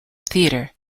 theatre